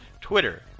Twitter